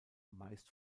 meist